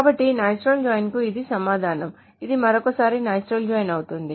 కాబట్టి natural join కు ఇది సమాధానం ఇది మరోసారి నాచురల్ జాయిన్ అవుతుంది